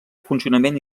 funcionament